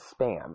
spam